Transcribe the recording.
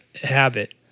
Habit